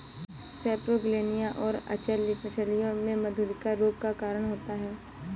सेपरोगेलनिया और अचल्य मछलियों में मधुरिका रोग का कारण होता है